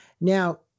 Now